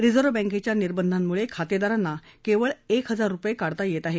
reserve बँकेच्या निर्बंधांमुळे खातेदारांना केवळ एक हजार रुपये काढता येत आहेत